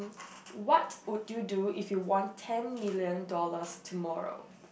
what would you do if you won ten million dollars tomorrow